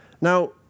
Now